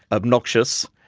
obnoxious,